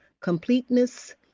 completeness